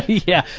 yeah,